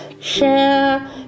share